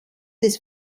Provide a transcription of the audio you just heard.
des